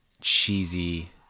Cheesy